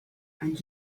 and